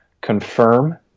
confirm